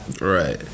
right